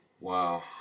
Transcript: wow